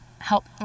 Help